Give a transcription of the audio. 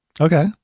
Okay